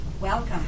Welcome